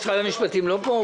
משרד המשפטים לא פה.